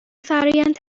فرآیند